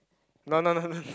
no no no no